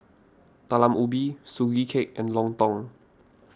Talam Ubi Sugee Cake and Lontong